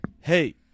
Hey